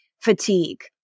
fatigue